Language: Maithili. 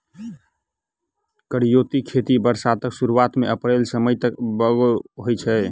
करियौती खेती बरसातक सुरुआत मे अप्रैल सँ मई तक बाउग होइ छै